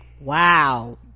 wow